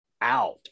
out